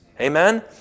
Amen